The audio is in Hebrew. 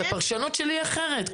הפרשנות שלי היא אחרת.